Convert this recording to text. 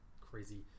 crazy